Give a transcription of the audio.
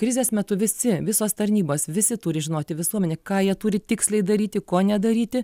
krizės metu visi visos tarnybos visi turi žinoti visuomenė ką jie turi tiksliai daryti ko nedaryti